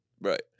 Right